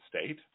state